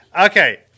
Okay